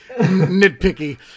nitpicky